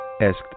asked